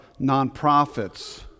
nonprofits